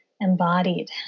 embodied